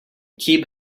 keep